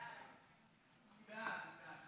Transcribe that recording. ההצעה